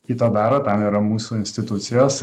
kito daro tam yra mūsų institucijos